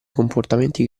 comportamenti